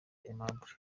aimable